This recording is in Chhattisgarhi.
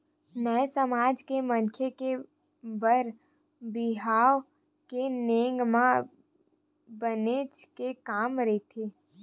नाई समाज के मनखे के बर बिहाव के नेंग म बनेच के काम रहिथे